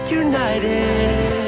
united